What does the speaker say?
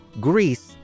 Greece